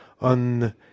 on